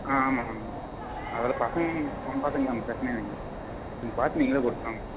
ஆ ஆமாம்ங்க அதெல்லாம் பசங்க பார்த்துக்கலாம் பிரச்சனை இல்லைங்க நீங்கள் பார்த்து நீங்களே குறைச்சிக்கலாங்க